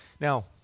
Now